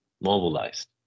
mobilized